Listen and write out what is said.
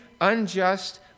unjust